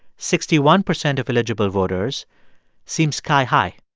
sixty one percent of eligible voters seem sky high.